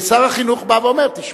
שר החינוך בא ואומר: תשמע.